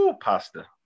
Pasta